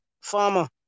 farmer